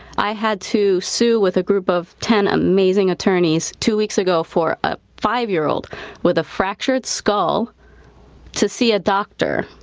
i had to sue with a group of ten amazing attorneys two weeks ago for a five-year-old with a fractured skull to see a doctor.